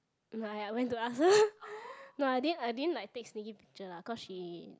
ya I went to ask her I didn't I didn't like take sneaky picture lah because she